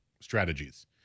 strategies